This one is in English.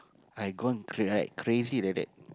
I gone cr~ like crazy like that